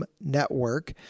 network